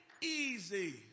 easy